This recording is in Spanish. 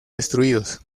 destruidos